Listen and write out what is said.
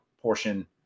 portion